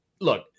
Look